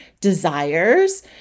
desires